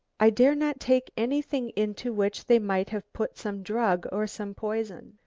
i dare not take anything into which they might have put some drug or some poison.